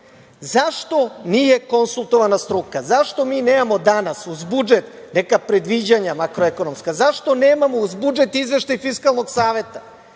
nije konsultovana struka? Zašto mi nemam danas uz budžet neka predviđanja makroekonomska? Zašto nemamo uz budžet izveštaj Fiskalnog saveta?